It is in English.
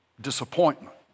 disappointment